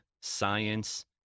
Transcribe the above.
science